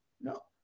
No